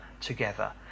together